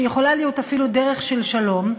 שיכולה להיות אפילו דרך של שלום,